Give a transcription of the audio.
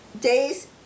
days